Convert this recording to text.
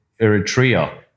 Eritrea